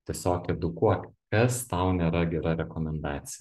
tiesiog edukuok kas tau nėra gera rekomendacija